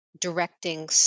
directing